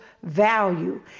value